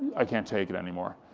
i can't take it anymore.